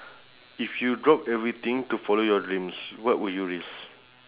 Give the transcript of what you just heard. if you drop everything to follow your dreams what would you risk